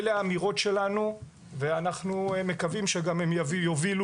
אלא האמירות שלנו ואנחנו מקווים שגם הן יובילו